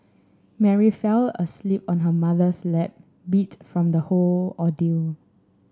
Mary fell asleep on her mother's lap beat from the whole ordeal